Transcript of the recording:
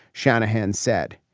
shanahan said.